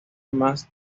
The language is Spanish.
más